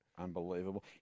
Unbelievable